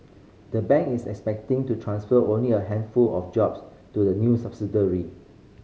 the bank is expecting to transfer only a handful of jobs to the new subsidiary